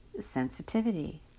sensitivity